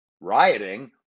rioting